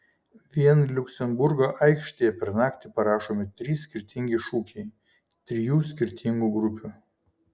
vien liuksemburgo aikštėje per naktį parašomi trys skirtingi šūkiai trijų skirtingų grupių